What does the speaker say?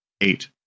eight